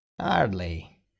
Hardly